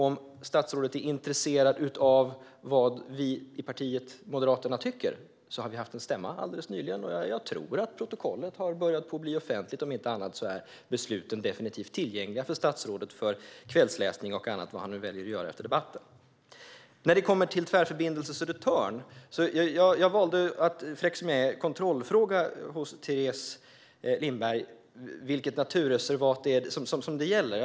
Om statsrådet är intresserad av vad vi i partiet Moderaterna tycker har vi haft en stämma alldeles nyligen. Jag tror att protokollet har börjat bli offentligt. Om inte annat är besluten definitivt tillgängliga för statsrådet för kvällsläsning och annat, vad han nu väljer att göra efter debatten. När det kommer till Tvärförbindelse Södertörn valde jag att ställa en kontrollfråga till Teres Lindberg om vilket naturreservat det gäller.